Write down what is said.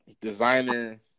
designer